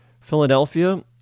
Philadelphia